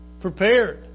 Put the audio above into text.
prepared